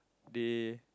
they